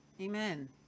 Amen